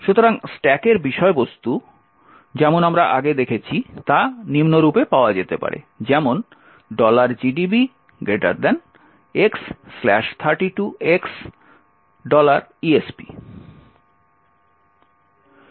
সুতরাং স্ট্যাকের বিষয়বস্তু যেমন আমরা আগে দেখেছি তা নিম্নরূপে পাওয়া যেতে পারে যেমন gdb x32x esp